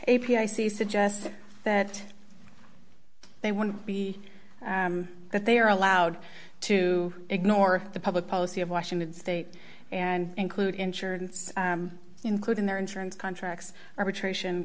a p i c suggests that they want to be that they are allowed to ignore the public policy of washington state and include insurance including their insurance contracts arbitration